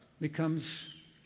becomes